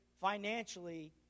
financially